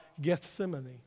Gethsemane